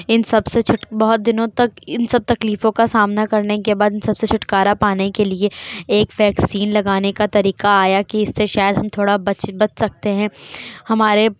ان سب سے چھٹ بہت دنوں تک ان سب تکلیفوں کا سامنا کرنے کے بعد سب سے چھٹکارا پانے کے لیے ایک ویکسین لگانے کا طریقہ آیا کہ اس سے شاید ہم تھوڑا بچ بچ سکتے ہیں ہمارے